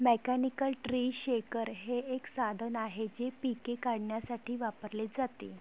mechanical tree shaker हे एक साधन आहे जे पिके काढण्यासाठी वापरले जाते